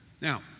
Now